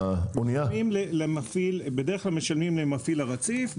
בדרך כלל למפעיל הרציף.